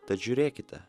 tad žiūrėkite